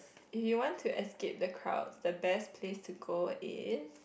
you want to escape the crowd the best place to go is